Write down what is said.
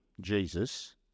Jesus